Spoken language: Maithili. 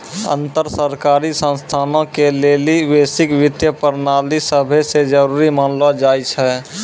अन्तर सरकारी संस्थानो के लेली वैश्विक वित्तीय प्रणाली सभै से जरुरी मानलो जाय छै